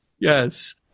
Yes